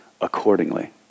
accordingly